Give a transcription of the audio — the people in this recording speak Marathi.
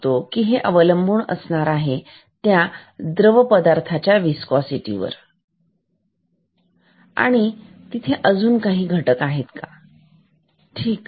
तरी अवलंबून असेल त्या पदार्थावर त्या द्रव पदार्थांच्या विस्कॉसिटी वर आणि अजून काही घटक आहेत ठीक